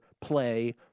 play